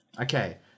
okay